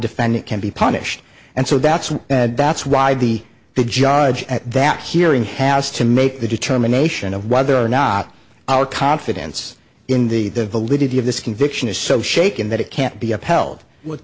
defendant can be punished and so that's that's why the the judge at that hearing has to make the determination of whether or not our confidence in the validity of this conviction is so shaken that it can't be upheld